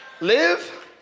Live